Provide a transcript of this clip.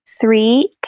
three